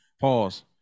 pause